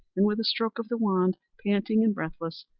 and with a stroke of the wand, panting and breathless,